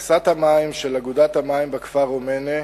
מכסת המים של אגודת המים בכפר רומאנה,